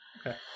Okay